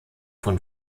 von